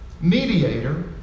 Mediator